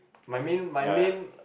my main my main